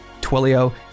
Twilio